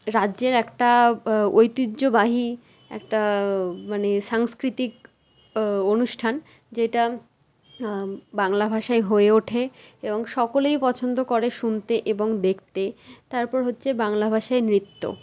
রাজ্যের একটা ঐতিহ্যবাহী একটা মানে সাংস্কৃতিক অনুষ্ঠান যেটা বাংলা ভাষায় হয়ে ওঠে এবং সকলেই পছন্দ করে শুনতে এবং দেখতে তারপর হচ্ছে বাংলা ভাষায় নৃত্য